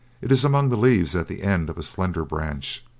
it is among the leaves at the end of a slender branch.